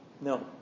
No